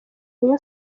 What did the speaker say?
rayon